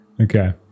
Okay